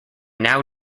now